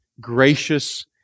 gracious